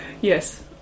Yes